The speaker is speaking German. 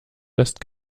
lässt